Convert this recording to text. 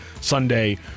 Sunday